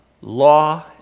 law